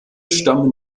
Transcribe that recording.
stammen